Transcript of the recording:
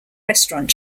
restaurant